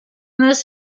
this